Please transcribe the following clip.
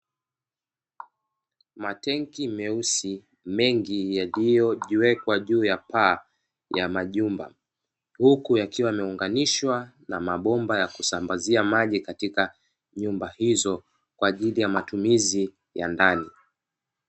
Matenki meusi mengi yaliyo wekwa juu ya paa ya majumba, huku yakiwa yameunganishwa na mabomba ya kusambazia maji katika nyumba hizo kwa ajili ya matumizi ya ndani.